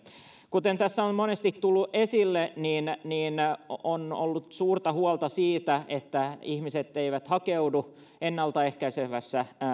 kuten tässä on monesti tullut esille niin niin on ollut suurta huolta siitä että ihmiset eivät hakeudu ennalta ehkäisevässä